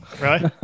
right